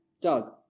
Doug